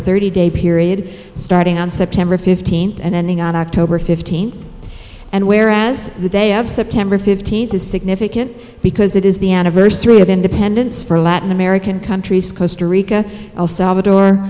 thirty day period starting on september fifteenth and ending on october fifteenth and whereas the day of september fifteenth is significant because it is the anniversary of independence for latin american countries close to rica el salvador